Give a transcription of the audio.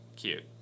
Cute